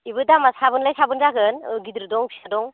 इबो दामा साबोन लाय साबोन जागोन गिदिर दं फिसा दं